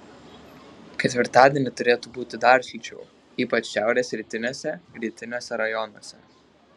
ketvirtadienį turėtų būti dar šilčiau ypač šiaurės rytiniuose rytiniuose rajonuose